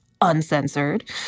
Uncensored